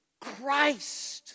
Christ